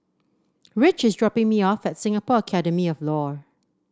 Rich is dropping me off at Singapore Academy of Law